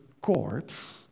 courts